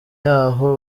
y’aho